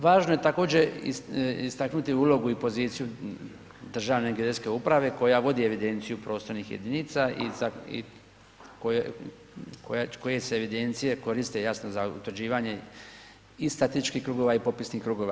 Važno je također istaknuti ulogu i poziciju Državne geodetske uprave koja vodi evidenciju prostornih jedinica i za i koje se evidencije koriste jasno za utvrđivanje i statičkih krugova i popisnih krugova.